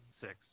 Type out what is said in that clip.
Six